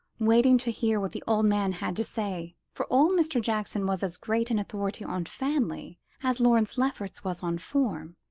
waiting to hear what the old man had to say for old mr. jackson was as great an authority on family as lawrence lefferts was on form.